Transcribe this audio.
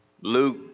Luke